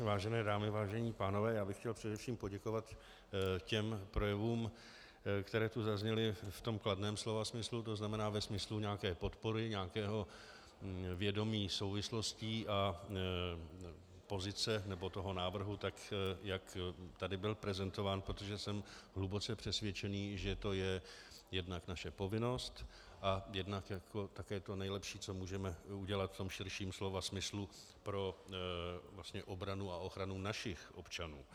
Vážené dámy, vážení pánové, chtěl bych především poděkovat těm projevům, které tu zazněly v kladném slova smyslu, to znamená ve smyslu nějaké podpory, nějakého vědomí souvislostí a pozice, nebo toho návrhu, jak tady byl prezentován, protože jsem hluboce přesvědčený, že to je jednak naše povinnost a jednak je to také to nejlepší, co můžeme udělat v tom širším slova smyslu pro obranu a ochranu našich občanů.